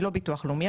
אני לא ביטוח לאומי,